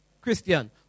Christian